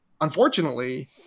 unfortunately